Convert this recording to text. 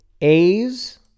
A's